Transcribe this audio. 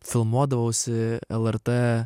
filmuodavausi lrt